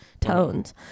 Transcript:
tones